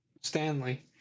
Stanley